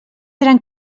eren